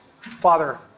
Father